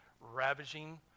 ravaging